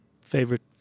favorite